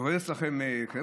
יורד אצלכם גשם?